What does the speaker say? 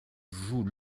jouent